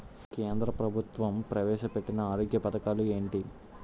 కేంద్ర ప్రభుత్వం ప్రవేశ పెట్టిన ఆరోగ్య పథకాలు ఎంటి?